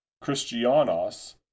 Christianos